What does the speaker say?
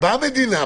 באה המדינה,